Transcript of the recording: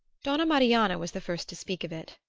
donna marianna was the first to speak of it.